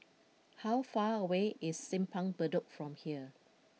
how far away is Simpang Bedok from here